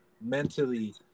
mentally